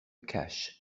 cash